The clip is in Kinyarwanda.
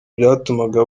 byatumaga